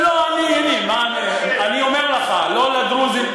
אני אומר לך, לא לדרוזים.